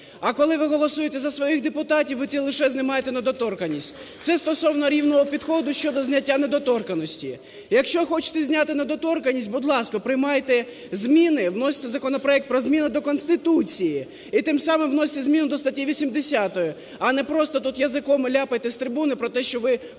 а коли ви голосуєте за своїх депутатів, ви лише знімаєте недоторканність. Це стосовно рівного підходу щодо зняття недоторканності. Якщо хочете зняти недоторканність, будь ласка, приймайте зміни, вносьте законопроект про зміни до Конституції, і тим самим вносьте зміни до статті 80-ї, а не просто тут язиком ляпайте з трибуни про те, що ви проти